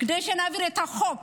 כדי שנעביר את חוק